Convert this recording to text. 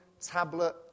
tablet